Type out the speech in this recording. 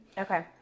Okay